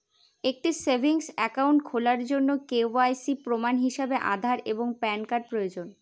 একটি savings account খোলার জন্য কে.ওয়াই.সি প্রমাণ হিসাবে আধার এবং প্যান কার্ড প্রয়োজন